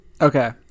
Okay